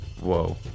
Whoa